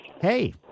Hey